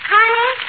Honey